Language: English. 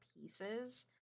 pieces